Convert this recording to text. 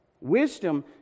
Wisdom